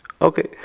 Okay